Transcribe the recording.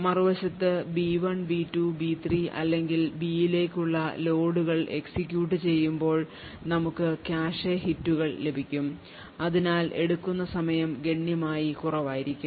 മറുവശത്ത് B1B2B3 അല്ലെങ്കിൽ B ലേക്കുള്ള ലോഡുകൾ എക്സിക്യൂട്ട് ചെയ്യുമ്പോൾ നമുക്ക് കാഷെ ഹിറ്റുകൾ ലഭിക്കും അതിനാൽ എടുക്കുന്ന സമയം ഗണ്യമായി കുറവായിരിക്കും